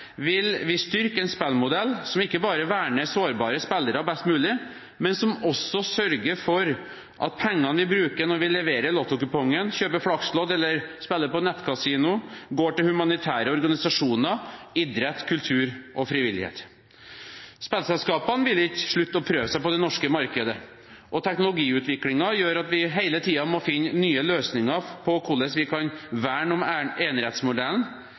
vil vi styrke en spillmodell som ikke bare verner sårbare spillere best mulig, men som også sørger for at pengene vi bruker når vi leverer lottokupongen, kjøper Flax-lodd eller spiller på nettkasino, går til humanitære organisasjoner, idrett, kultur og frivillighet. Spillselskapene vil ikke slutte å prøve seg på det norske markedet, og teknologiutviklingen gjør at vi hele tiden må finne nye løsninger på hvordan vi kan verne om